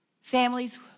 Families